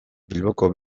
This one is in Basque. bilboko